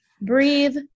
breathe